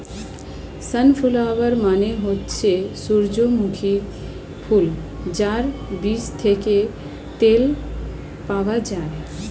sunflower মানে হচ্ছে সূর্যমুখী ফুল যার বীজ থেকে তেল পাওয়া যায়